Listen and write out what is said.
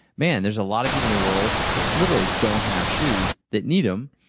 man, there's a lot of people in the world that literally don't have shoes that need them.